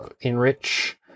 enrich